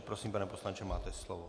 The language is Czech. Prosím, pane poslanče, máte slovo.